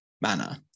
manner